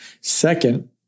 Second